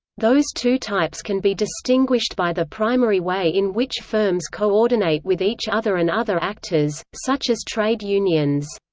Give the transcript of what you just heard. those two types can be distinguished by the primary way in which firms coordinate with each other and other actors, such as trade unions.